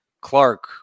Clark